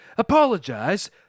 Apologize